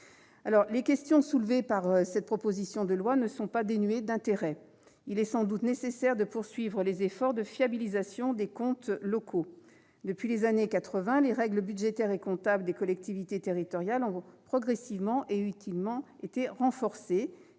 Les questions soulevées par ce texte ne sont pas dénuées d'intérêt et il est sans doute nécessaire de poursuivre les efforts de fiabilisation des comptes locaux. Depuis les années 1980, les règles budgétaires et comptables des collectivités territoriales ont été progressivement et utilement renforcées.